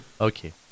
Okay